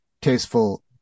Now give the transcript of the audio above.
tasteful